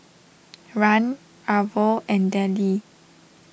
Rahn Arvo and Dellie